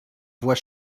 voix